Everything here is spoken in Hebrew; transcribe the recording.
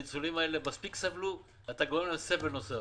הניצולים האלה מספיק סבלו, אתה גורם להם סבל נוסף.